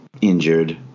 injured